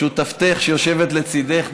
לשותפתך שיושבת לצידך,